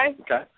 Okay